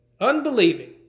unbelieving